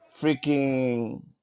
freaking